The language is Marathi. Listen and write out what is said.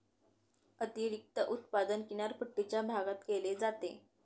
अतिरिक्त उत्पादन किनारपट्टीच्या भागात केले जाते